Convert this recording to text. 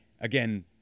Again